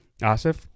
Asif